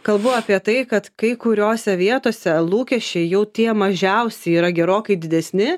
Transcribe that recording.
kalbu apie tai kad kai kuriose vietose lūkesčiai jau tie mažiausi yra gerokai didesni